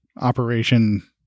operation